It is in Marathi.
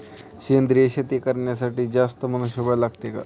सेंद्रिय शेती करण्यासाठी जास्त मनुष्यबळ लागते का?